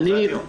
זה הדיון.